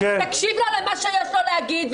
תקשיב למה שיש לו להגיד,